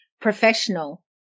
professional